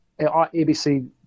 ABC